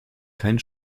keine